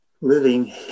living